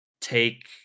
take